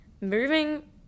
Moving